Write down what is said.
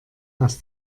aus